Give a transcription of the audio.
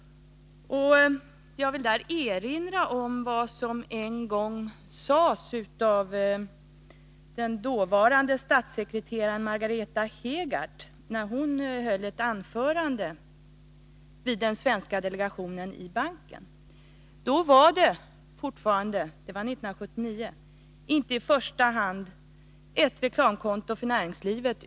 Jag vill i det här sammanhanget erinra om vad den dåvarande statssekreteraren Margareta Hegardt sade när hon 1979 höll ett anförande för den svenska delegationen i banken. Då var det i första hand inte fråga om ett reklamkonto för näringslivet.